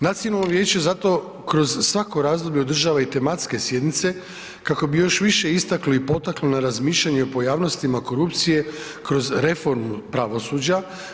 Nacionalno vijeće zato kroz svako razdoblje održava i tematske sjednice kako bi još više istakli i potakli na razmišljanje o pojavnostima korupcije kroz reformu pravosuđa.